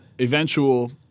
eventual